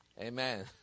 Amen